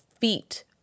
feet